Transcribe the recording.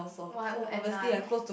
one and none